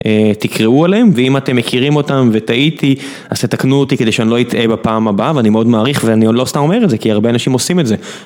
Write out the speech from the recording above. תקראו עליהם ואם אתם מכירים אותם וטעיתי אז תתקנו אותי כדי שאני לא אטעה בפעם הבאה ואני מאוד מעריך ואני עוד לא אסתר אומר את זה כי הרבה אנשים עושים את זה.